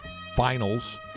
Finals